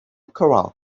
corral